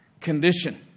condition